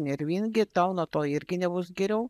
nervingi tau nuo to irgi nebus geriau